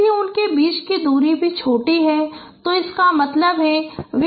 यदि उनके बीच की दूरी भी छोटी है तो इसका मतलब है कि वे बहुत निकट हैं